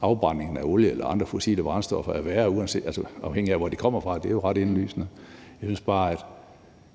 afbrændingen af olie eller andre fossile brændstoffer, er værre, afhængigt af hvor de kommer fra – det er jo ret indlysende. Jeg spørger bare: Skulle man